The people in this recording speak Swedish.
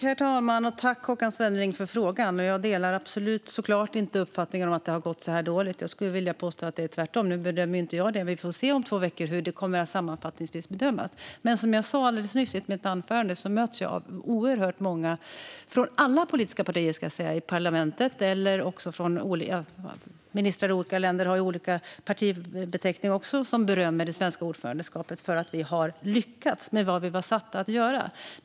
Herr talman! Tack, Håkan Svenneling, för frågan! Jag delar såklart inte uppfattningen att det har gått så dåligt. Jag skulle vilja påstå att det är tvärtom. Nu bedömer inte jag det. Vi får se om två veckor hur det sammanfattningsvis kommer att bedömas. Som jag sa alldeles nyss i mitt anförande möts jag av oerhört mycket beröm. Det kommer från alla politiska partier i parlamentet och från ministrar från olika länder som har olika partibeteckningar. De berömmer det svenska ordförandeskapet för att vi har lyckats med det vi var satta att göra.